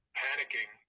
panicking